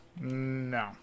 No